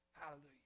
hallelujah